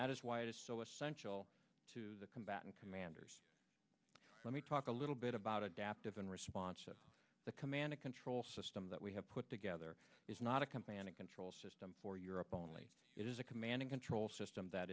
that is why it is so essential to the combatant commanders let me talk a little bit about adaptive in response to the command and control system that we have put together is not a company and a control system for europe only it is a command and control system that